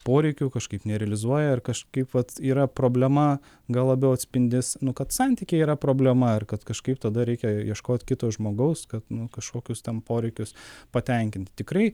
poreikių kažkaip nerealizuoja ar kažkaip vat yra problema gal labiau atspindis nu kad santykiai yra problema ar kad kažkaip tada reikia ieškot kito žmogaus kad nu kažkokius ten poreikius patenkinti tikrai